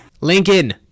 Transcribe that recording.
Lincoln